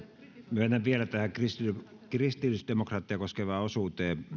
myönnän vielä tähän kristillisdemokraatteja koskevaan osuuteen